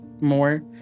more